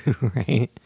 Right